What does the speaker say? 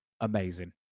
amazing